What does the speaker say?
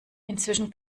inzwischen